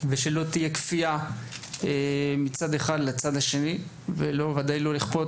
ושלא תהיה כפייה מצד אחד לצד השני וודאי לא לכפות,